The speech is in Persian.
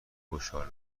خوشحال